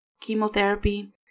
Chemotherapy